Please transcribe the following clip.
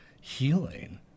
healing